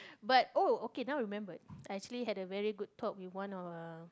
but oh okay now I remembered I actually had a very good talk with one of uh